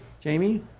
Jamie